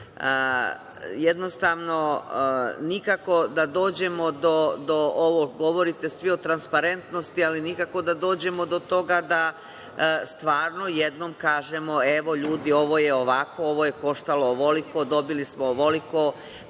Jednostavno, nikako da dođemo do ovog. Govorite svi o transparentnosti, ali nikako da dođemo do toga da stvarno jednom kažemo - evo ljudi ovo je ovako, ovo je koštalo ovoliko, dobili smo ovoliko